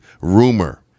rumor